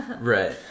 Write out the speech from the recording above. Right